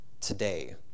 today